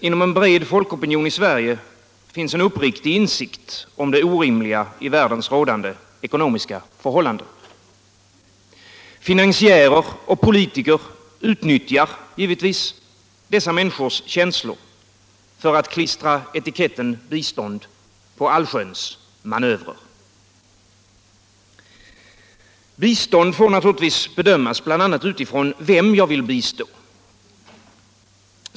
Inom cen bred folkopinion i Sverige finns en uppriktig insikt om det orimliga i världens rådande ckonomiska förhållanden. Finansiärer och politiker utnyttjar givetvis dessa människors känslor genom att klistra etiketten bistånd på allsköns manövrer. Bistånd får naturligtvis bedömas bl.a. utifrån vem jag vill bistå.